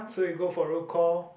so you go for roll call